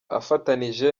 afatanije